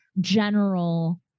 general